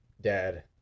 dad